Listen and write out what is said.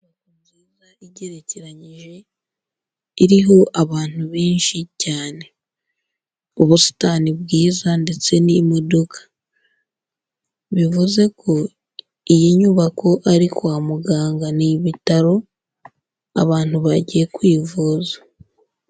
Inzu nziza igerekeranyije iriho abantu benshi cyane, ubusitani bwiza ndetse n'imodoka, bivuze ko, iyi nyubako ari kwa muganga, ni ibitaro abantu bagiye kwivuza.